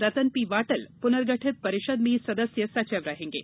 रतन P Watal प्रनर्गठित परिषद में सदस्य सचिव रहेंगे